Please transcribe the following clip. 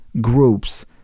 groups